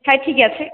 হ্যাঁ ঠিক আছে